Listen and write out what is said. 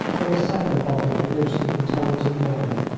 when a second bottle had loosened the tongues of men.